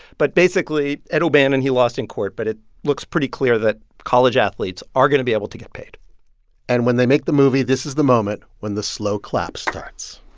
but basically, ed o'bannon he lost in court. but it looks pretty clear that college athletes are going to be able to get paid and when they make the movie, this is the moment when the slow clap starts